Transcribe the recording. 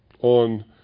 on